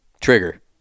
Trigger